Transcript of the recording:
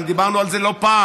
דיברנו על זה לא פעם,